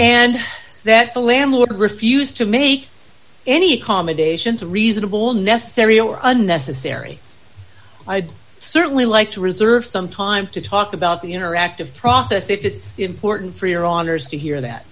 and that the landlord refused to make any accommodations reasonable necessary or unnecessary i'd certainly like to reserve some time to talk about the interactive process if it's important for your honour's to hear that